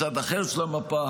מצד אחר של המפה,